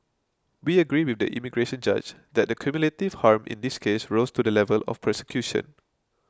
we agree with the immigration judge that the cumulative harm in this case rose to the level of persecution